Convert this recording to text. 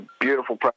beautiful